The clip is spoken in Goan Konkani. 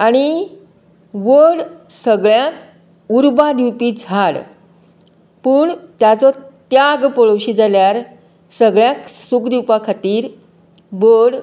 आनी वड सगळ्यांक उर्बा दिवपी झाड पूण त्याचो त्याग पळोवशी जाल्यार सगळ्यांक सूख दिवपा खातीर वड